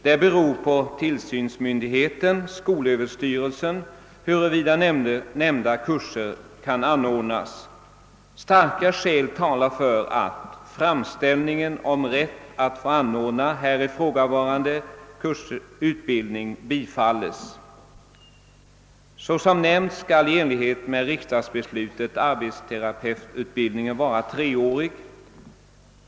Det beror på tillsynsmyndigheten, skolöverstyrelsen, om nämnda kurser kan anordnas. Starka skäl talar för att framställning om rätt att få anordna här ifrågavarande utbildning bifalles. Såsom nämnts skall i enlighet med riksdagsbeslutet = arbetsterapeututbildningen vara treårig.